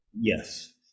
yes